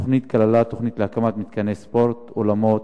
התוכנית כללה תוכנית להקמת מתקני ספורט, אולמות,